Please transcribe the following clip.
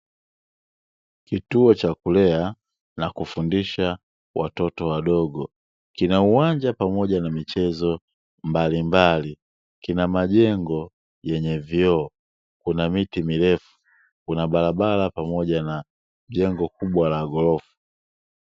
Kituo Cha kulea na kufundisha watoto wadogo , kina uwanja pamoja na michezo mbalimbali. Kina majengo yenye vyoo, Kuna miti mirefu , Kuna barabara pamoja na jengo kubwa la ghorofa.